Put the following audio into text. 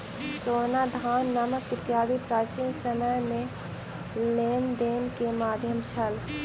सोना, धान, नमक इत्यादि प्राचीन समय में लेन देन के माध्यम छल